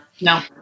No